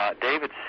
David